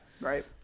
Right